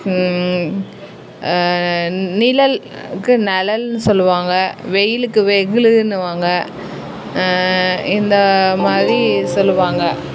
நிழல்க்கு நெழல்னு சொல்லுவாங்க வெயிலுக்கு வெகுலுனுவாங்க இந்த மாதிரி சொல்லுவாங்க